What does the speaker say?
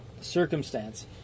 circumstance